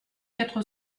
quatre